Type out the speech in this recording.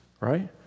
right